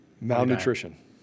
Malnutrition